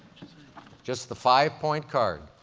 just the five-point card.